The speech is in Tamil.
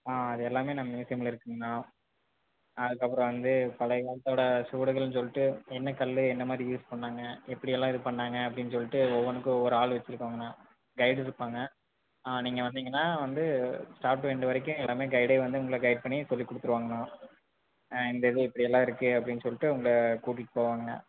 ஆ அது எல்லாம் நம்ம மியூசியமில் இருக்குதுங்கண்ணா அதுக்கப்புறம் வந்து பழையகாலத்தோட சுவடுகள்னு சொல்லிவிட்டு என்ன கல் என்னமாதிரி யூஸ் பண்ணாங்க எப்படியெல்லாம் இது பண்ணாங்க அப்படினு சொல்லிவிட்டு ஒவ்வொன்னுக்கும் ஒவ்வொரு ஆள் வைச்சிருக்கோங்கண்ணா கெய்டு இருப்பாங்க நீங்கள் வந்திங்கனா வந்து ஸ்டார்ட் டு எண்டு வரைக்கும் எல்லாம் கைய்டே வந்து உங்களை கெய்ட் பண்ணி சொல்லி கொடுத்துருவாங்கண்ணா ஆ இந்த இது இப்படியெல்லாம் இருக்குது அப்படினு சொல்லிவிட்டு உங்களை கூட்டிட்டு போவாங்க